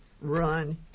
Run